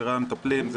חבריי המטפלים,